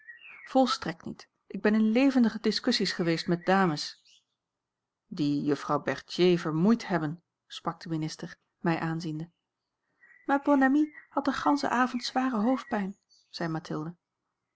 volstrekt niet ik ben in levendige discussies geweest met dames die juffrouw berthier vermoeid hebben sprak de minister mij aanziende ma bonne amie had den ganschen avond zware hoofdpijn zei mathilde